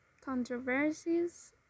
Controversies